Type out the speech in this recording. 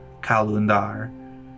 Kalundar